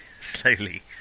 Slowly